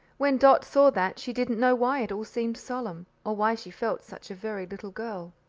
when dot saw that, she didn't know why it all seemed solemn, or why she felt such a very little girl.